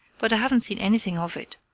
but i haven't seen anything of it.